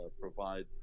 provide